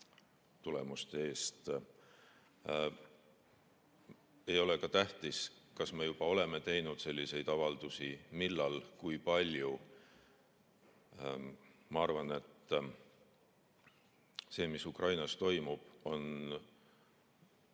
eest. Ei ole ka tähtis, kas me juba oleme teinud selliseid avaldusi, millal ja kui palju. Ma arvan, et see, mis Ukrainas toimub, on